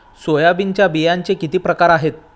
सोयाबीनच्या बियांचे किती प्रकार आहेत?